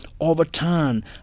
overturn